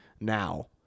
Now